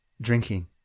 drinking